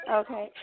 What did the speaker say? okay